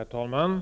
Herr talman!